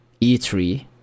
E3